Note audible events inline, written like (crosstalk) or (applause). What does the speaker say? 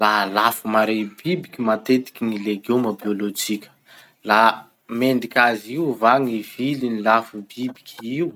La lafo (noise) mare bibiky matetiky gny legioma biolojika. La mendriky azy io va gny viliny lafo bibiky io?